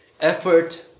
effort